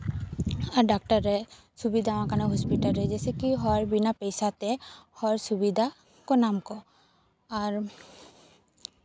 ᱟᱨ doctor ᱨᱮ ᱥᱩᱵᱤᱫᱟ ᱟᱠᱟᱱᱟ ᱦᱚᱥᱯᱤᱴᱟᱞ ᱨᱮ ᱡᱮᱭᱥᱮ ᱠᱤ ᱦᱚᱲ ᱵᱤᱱᱟ ᱯᱚᱭᱥᱟᱛᱮ ᱦᱚᱲ ᱥᱩᱵᱤᱫᱟ ᱠᱚ ᱧᱟᱢ ᱠᱚ ᱟᱨ